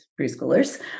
preschoolers